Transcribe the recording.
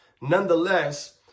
Nonetheless